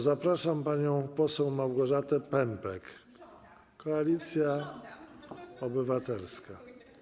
Zapraszam panią poseł Małgorzatę Pępek, Koalicja Obywatelska.